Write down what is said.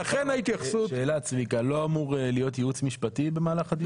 לא אמור להיות ייעוץ משפטי במהלך הדיון הזה?